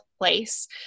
place